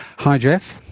hi jeff.